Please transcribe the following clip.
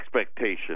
expectation